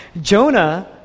Jonah